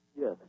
Yes